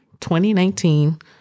2019